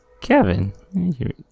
Kevin